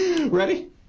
ready